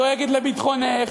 דואגת לביטחונך,